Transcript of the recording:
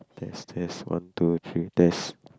test test one two three test